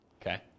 Okay